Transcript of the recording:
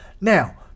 now